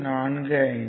45 2